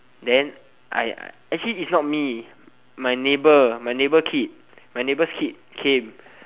then I actually is not me is my neighbor my neighbor kid my neighbors kid came